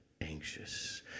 anxious